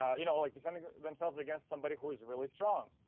you know, like defending themselves against somebody who is really strong!